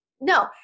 No